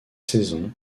saison